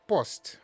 Post